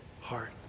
heart